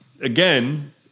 again